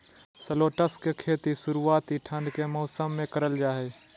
shallots के खेती शुरुआती ठंड के मौसम मे करल जा हय